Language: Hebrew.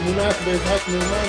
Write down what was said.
היא מונעת בעזרת מימן,